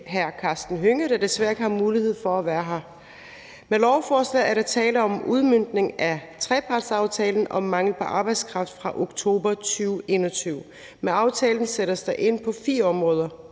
hr. Karsten Hønge, som desværre ikke har mulighed for at være her. Med lovforslaget er der tale om en udmøntning af trepartsaftalen om mangel på arbejdskraft fra oktober 2021. Med aftalen sættes der ind på fire områder: